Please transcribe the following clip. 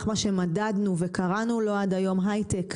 מה שמדדנו וקראנו לו עד היום 'היי-טק'